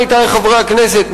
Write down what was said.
עמיתי חברי הכנסת,